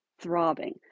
throbbing